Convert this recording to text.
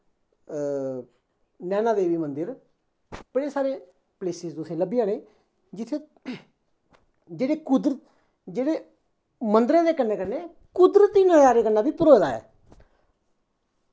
नैना देवी मन्दर बड़े सारे प्लेसिस तुसेंगी लब्भी जाने जित्थें जेह्ड़े कुदरत जेह्ड़े मन्दरें दे कन्नै कन्नै कुदरती नज़ारें कन्नै बी भरोए दा ऐ